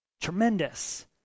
Tremendous